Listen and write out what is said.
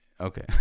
Okay